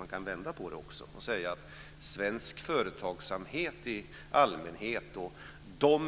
Man kan vända på det och säga att svensk företagsamhet i allmänhet och